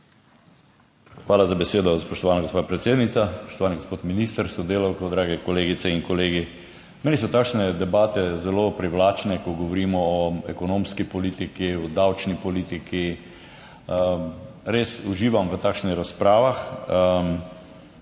Hvala za besedo, spoštovana gospa predsednica. Spoštovani gospod minister s sodelavko, drage kolegice in kolegi! Meni so takšne debate zelo privlačne, ko govorimo o ekonomski politiki, o davčni politiki. Res uživam v takšnih razpravah.